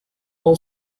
all